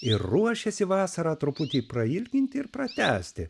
ir ruošiasi vasarą truputį prailginti ir pratęsti